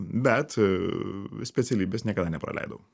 bet specialybės niekada nepraleidau